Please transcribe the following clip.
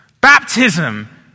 Baptism